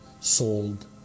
sold